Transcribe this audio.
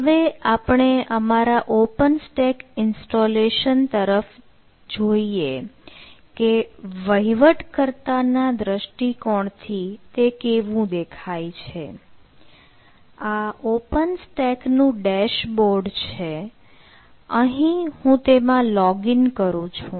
હવે આપણે અમારા ઓપન સ્ટેક ઇન્સ્ટોલેશન કરું છું